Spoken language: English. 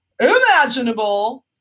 imaginable